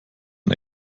ein